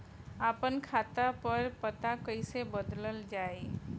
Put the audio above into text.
आपन खाता पर पता कईसे बदलल जाई?